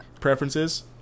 preferences